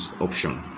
option